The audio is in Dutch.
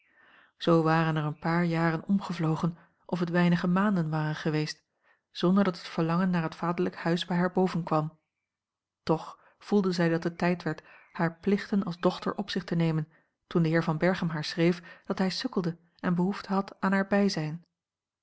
zoo waren er een paar jaren omgevlogen of het weinige maanden waren geweest zonder dat het verlangen naar het vaderlijk huis bij haar bovenkwam toch voelde zij dat het tijd werd hare plichten als dochter op zich te nemen toen de heer van berchem haar schreef dat hij sukkelde en behoefte had aan haar bijzijn